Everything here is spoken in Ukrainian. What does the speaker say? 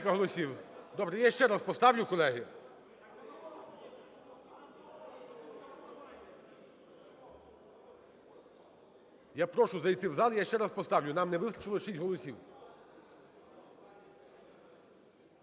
Добре, я ще раз поставлю, колеги. Я прошу зайти в зал і я ще раз поставлю. Нам не вистачило 6 голосів.